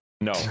No